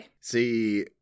see